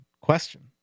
question